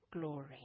glory